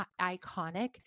iconic